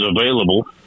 available